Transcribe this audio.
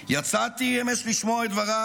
יצאתי אמש לשמוע את דבריו,